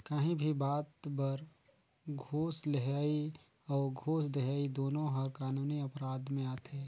काहीं भी बात बर घूस लेहई अउ घूस देहई दुनो हर कानूनी अपराध में आथे